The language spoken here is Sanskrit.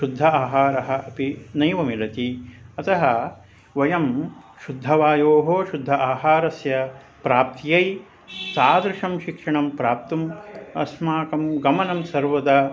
शुद्ध आहारः अपि नैव मिलति अतः वयं शुद्धवायोः शुद्ध आहारस्य प्राप्त्यै तादृशं शिक्षणं प्राप्तुम् अस्माकं गमनं सर्वदा